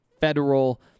Federal